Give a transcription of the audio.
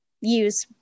use